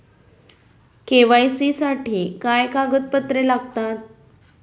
KYC साठी काय कागदपत्रे लागतात?